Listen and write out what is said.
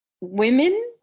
women